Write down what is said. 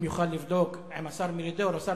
אם יוכל לבדוק עם השר מרידור או שר